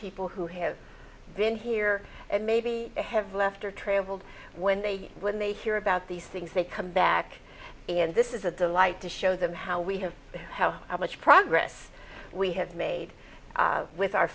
people who have been here and maybe have left or traveled when they when they hear about these things they come back and this is a delight to show them how we have how much progress we have made with our